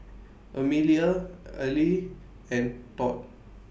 Amelia Aleah and Todd